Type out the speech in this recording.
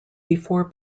before